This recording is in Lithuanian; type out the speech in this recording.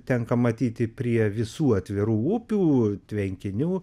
tenka matyti prie visų atvirų upių tvenkinių